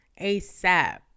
ASAP